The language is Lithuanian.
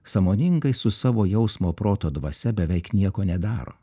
sąmoningai su savo jausmo proto dvasia beveik nieko nedaro